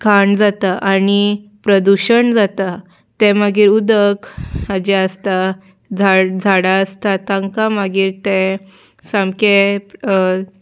घाण जाता आनी प्रदुशण जाता तें मागीर उदक हाचें आसता झाड झाडां आसता तांकां मागीर तें सामकें